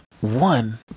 one